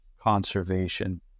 conservation